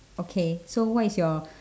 okay so what is your